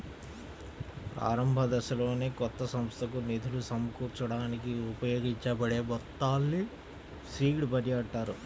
ప్రారంభదశలోనే కొత్త సంస్థకు నిధులు సమకూర్చడానికి ఉపయోగించబడే మొత్తాల్ని సీడ్ మనీ అంటారు